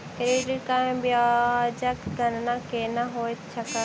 credit card मे ब्याजक गणना केना होइत छैक